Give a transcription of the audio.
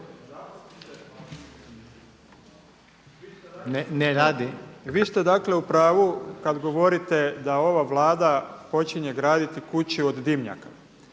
zid)** Vi ste dakle u pravu kad govorite da ova Vlada počinje graditi kuću od dimnjaka.